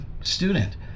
student